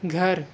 گھر